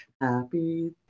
Happy